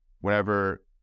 whenever